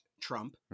Trump